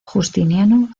justiniano